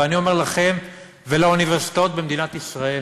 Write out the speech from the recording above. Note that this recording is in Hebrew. ואני אומר לכם ולאוניברסיטאות במדינת ישראל: